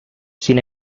sin